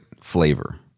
flavor